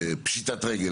פשיטת רגל,